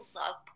love